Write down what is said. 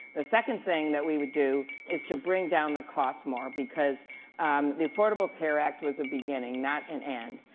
the second thing that we would do is to bring down the cost more, because um the affordable care act was a beginning not an end.